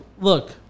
look